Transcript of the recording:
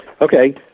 okay